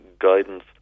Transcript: guidance